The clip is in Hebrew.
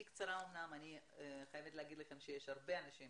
אני חייבת לומר שיש הרבה אנשים